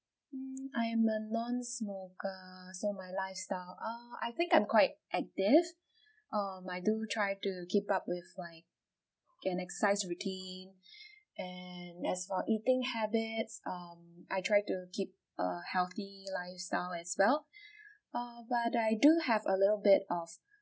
mm I'm a non smoker so my lifestyle err I think I'm quite active um I do try to keep up with like an exercise routine and as about eating habits um I try to keep a healthy lifestyle as well uh but I do have a little bit of